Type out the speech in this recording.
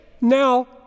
now